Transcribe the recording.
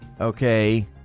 Okay